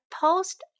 post